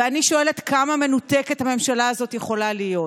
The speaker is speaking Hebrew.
ואני שואלת: כמה מנותקת הממשלה הזאת יכולה להיות?